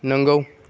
नोंगौ